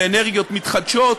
באנרגיות מתחדשות,